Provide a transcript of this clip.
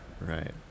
right